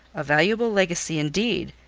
a valuable legacy indeed!